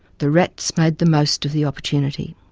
the rats made the most of the opportunity.